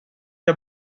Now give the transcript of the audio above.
jag